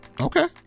Okay